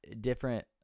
different